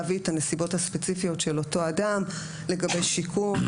להביא את הנסיבות הספציפיות של אותו אדם לגבי שיקום,